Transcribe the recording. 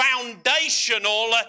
foundational